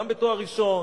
גם בתואר ראשון,